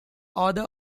author